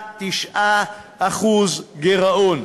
3.9% גירעון.